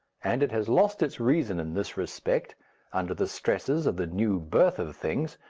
and it has lost its reason in this respect under the stresses of the new birth of things,